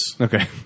Okay